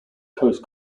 coast